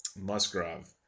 Musgrove